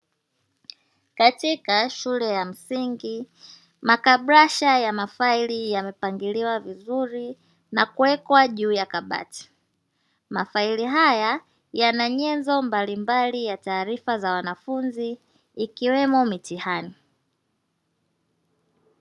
Katika shule ya msingi makabrasha ya mafaili yamepangiliwa vizuri na kuwekwa juu ya kabati, mafaili haya yana nyenzo mbalimbali ya taaria za wanafunzi, ikiwemo mitihani.